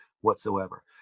whatsoever